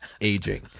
aging